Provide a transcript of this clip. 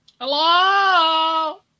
Hello